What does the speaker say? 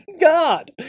God